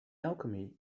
alchemy